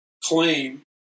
claim